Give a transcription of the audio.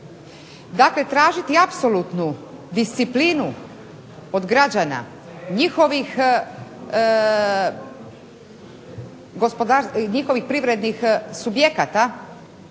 Dakle, tražiti apsolutnu disciplinu od građana, njihovih privrednih subjekata